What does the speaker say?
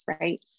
right